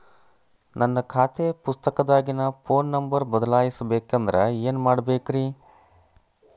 ನನ್ನ ಖಾತೆ ಪುಸ್ತಕದಾಗಿನ ಫೋನ್ ನಂಬರ್ ಬದಲಾಯಿಸ ಬೇಕಂದ್ರ ಏನ್ ಮಾಡ ಬೇಕ್ರಿ?